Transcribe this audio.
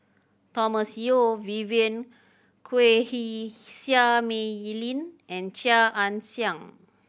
Thomas Yeo Vivien Quahe Seah Mei Lin and Chia Ann Siang